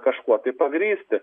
kažkuo tai pagrįsti